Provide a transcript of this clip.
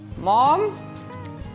Mom